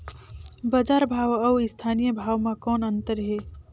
बजार भाव अउ स्थानीय भाव म कौन अन्तर हे?